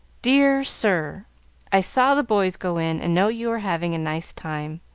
dear sir i saw the boys go in, and know you are having a nice time,